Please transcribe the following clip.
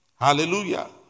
Hallelujah